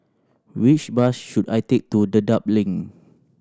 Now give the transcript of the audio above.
which bus should I take to Dedap Link